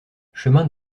chemin